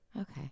Okay